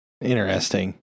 Interesting